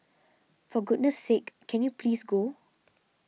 for goodness sake can you please go